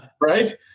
right